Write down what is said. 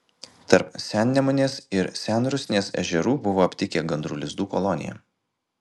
tarp sennemunės ir senrusnės ežerų buvo aptikę gandrų lizdų koloniją